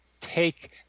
take